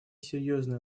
серьезный